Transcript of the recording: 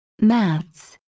Maths